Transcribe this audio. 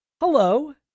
hello